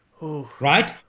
right